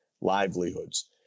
livelihoods